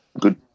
Good